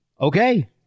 okay